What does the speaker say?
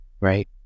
Right